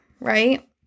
right